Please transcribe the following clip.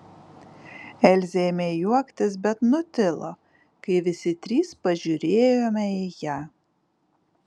elzė ėmė juoktis bet nutilo kai visi trys pažiūrėjome į ją